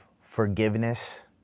forgiveness